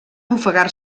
ofegar